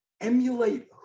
emulate